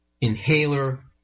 inhaler